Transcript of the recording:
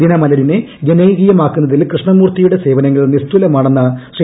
ദിനമലരിനെ ജനകീയമാക്കുന്നതിൽ കൃഷ്ണമൂർത്തിയുടെ സേവനങ്ങൾ നിസ്തുലമാണെന്ന് ശ്രീ